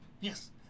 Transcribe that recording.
Yes